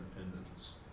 independence